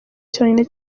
cyonyine